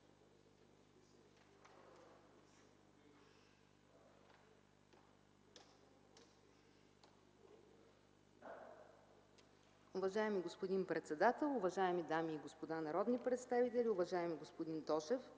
Уважаеми господин председател, дами и господа народни представители! Уважаеми господин Миков,